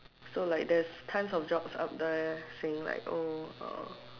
so like there's tons of jobs out there saying like oh uh